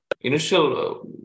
Initial